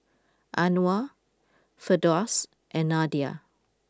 Anuar Firdaus and Nadia